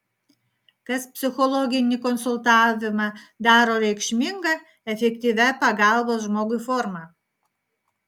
kas psichologinį konsultavimą daro reikšminga efektyvia pagalbos žmogui forma